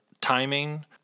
timing